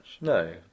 No